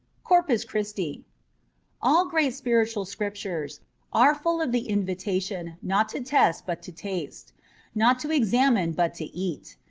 corpus christi all great spiritual scriptures are full of the invitation not to test but to taste not to examine but to eat.